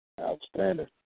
Outstanding